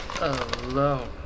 Alone